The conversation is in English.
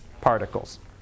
particles